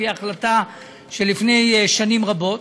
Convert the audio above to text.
לפי החלטה מלפני שנים רבות,